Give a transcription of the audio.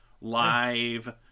live